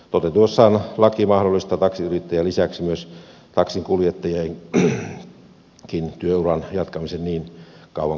toteutuessaan laki mahdollistaa taksiyrittäjien lisäksi myös taksinkuljettajien työuran jatkamisen niin kauan kuin terveys sallii